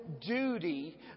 duty